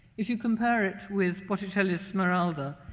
if you compare it with botticelli's smeralda,